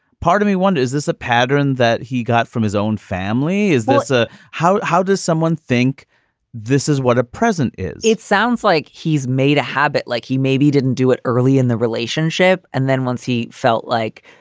part of me wonder is this a pattern that he got from his own family? is this ah how how does someone think this is what a present it sounds like he's made a habit like he maybe didn't do it early in the relationship. and then once he felt like,